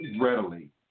readily